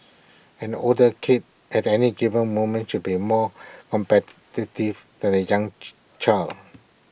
an older kid at any given moment should be more competitive than A young child